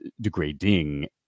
degrading